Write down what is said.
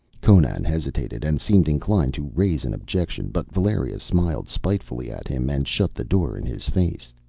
conan hesitated, and seemed inclined to raise an objection, but valeria smiled spitefully at him and shut the door in his face.